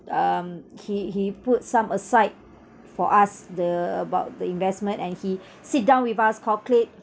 um he he put some aside for us the about the investment and he sit down with us calculate